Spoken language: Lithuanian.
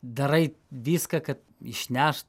darai viską kad išnešt